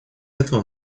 этого